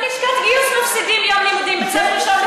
גם בלשכת גיוס מפסידים יום לימודים בצו ראשון,